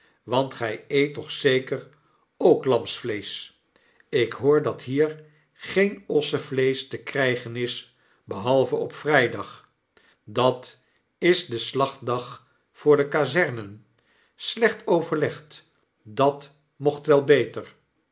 want gg eet toch zeker ook lamsvleesch ik hoor dat hier geen ossenvleesch te krflgen is behalve op vrydag dat is de slachtdag voor de kazernen slecht overlegd dat mocht wel beter